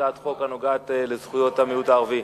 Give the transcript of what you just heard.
הצעת חוק הנוגעת לזכויות המיעוט הערבי.